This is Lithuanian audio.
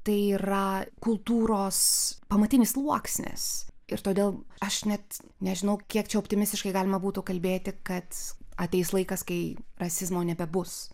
tai yra kultūros pamatinis sluoksnis ir todėl aš net nežinau kiek čia optimistiškai galima būtų kalbėti kad ateis laikas kai rasizmo nebebus